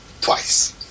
Twice